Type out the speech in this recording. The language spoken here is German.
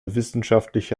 wissenschaftliche